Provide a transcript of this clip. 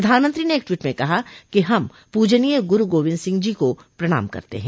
प्रधानमंत्री ने एक ट्वीट में कहा कि हम पूजनीय गुरु गोविंद सिंह जी को प्रणाम करते हैं